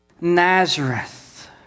Nazareth